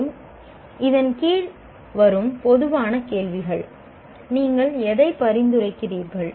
மேலும் இதன் கீழ் வரும் பொதுவான கேள்விகள் நீங்கள் எதை பரிந்துரைக்கிறீர்கள்